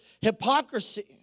hypocrisy